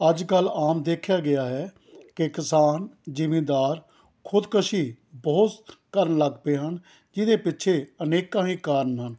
ਅੱਜ ਕੱਲ੍ਹ ਆਮ ਦੇਖਿਆ ਗਿਆ ਹੈ ਕਿ ਕਿਸਾਨ ਜਿਮੀਂਦਾਰ ਖੁਦਕੁਸ਼ੀ ਬਹੁਤ ਕਰਨ ਲੱਗ ਪਏ ਹਨ ਜਿਹਦੇ ਪਿੱਛੇ ਅਨੇਕਾਂ ਹੀ ਕਾਰਨ ਹਨ